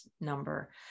number